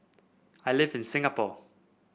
I live in Singapore